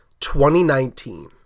2019